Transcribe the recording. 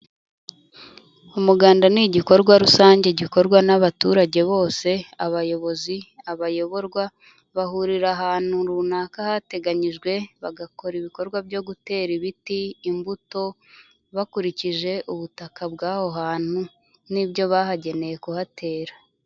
Umuganda ni igikorwa rusange gikorwa n'abaturage bose, abayobozi, abayoborwa bahurira ahantu runaka hateganyijwe, bagakora ibikorwa byo gutera ibiti, imbuto bakurikije ubutaka bw'aho hantu ni byo bahagenewe kuhatera.